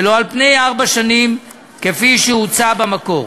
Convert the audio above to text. ולא על-פני ארבע שנים, כפי שהוצע במקור.